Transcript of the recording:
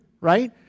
right